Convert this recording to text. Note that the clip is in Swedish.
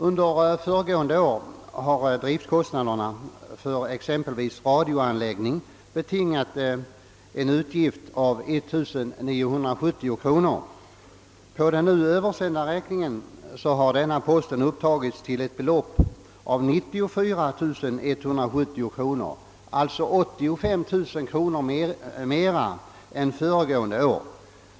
Under föregående år har driftunderskottet för exempelvis radioanläggningar uppgått till 1970 kronor. På den nu översända räkningen har denna post upptagits till 94 170 kronor, d.v.s. med 85 000 kronor mer än föregående år.